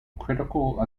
critical